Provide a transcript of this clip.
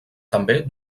també